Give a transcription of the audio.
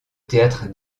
théâtre